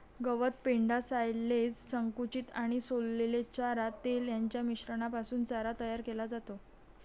गवत, पेंढा, सायलेज, संकुचित आणि सोललेला चारा, तेल यांच्या मिश्रणापासून चारा तयार केला जातो